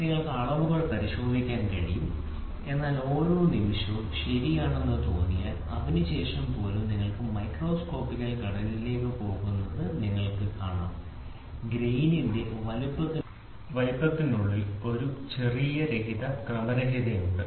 നിങ്ങൾക്ക് അളവുകൾ പരിശോധിക്കാൻ കഴിയും എന്നാൽ ഓരോ നിമിഷവും ശരിയാണെന്ന് തോന്നിയാൽ അതിനുശേഷം പോലും നിങ്ങൾ മൈക്രോസ്കോപ്പിക്കൽ ഘടനയിലേക്ക് പോകുന്നത് നിങ്ങൾ കാണും ഗ്രേയിനിന്റെ വലുപ്പത്തിനുള്ളിൽ ഒരു ചെറിയ അളവിലുള്ള ക്രമരഹിതതയുണ്ട്